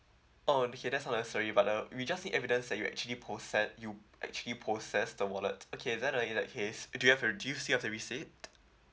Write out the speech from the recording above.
oh okay that's not necessary but uh we just need evidence that you actually possess you actually possessed the wallet okay then uh in that case do you have a do you still have the receipt